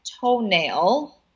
toenail